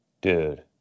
Dude